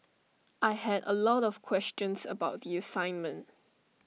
I had A lot of questions about the assignment